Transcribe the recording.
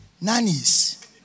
Nannies